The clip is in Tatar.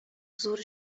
зур